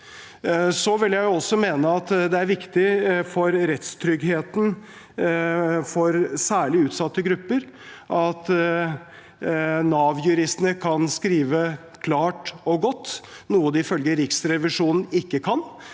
Jeg vil også mene at det er viktig for rettstryggheten for særlig utsatte grupper at Nav-juristene kan skrive klart og godt, noe de ifølge Riksrevisjonen ikke kan.